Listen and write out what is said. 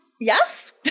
yes